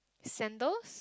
sandals